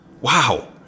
Wow